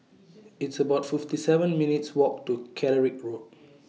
It's about fifty seven minutes' Walk to Catterick Road